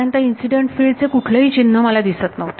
आत्तापर्यंत incident field चे कुठलेही चिन्ह मला दिसत नाही